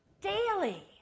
daily